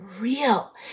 real